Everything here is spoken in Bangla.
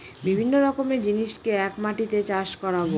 বিভিন্ন রকমের জিনিসকে এক মাটিতে চাষ করাবো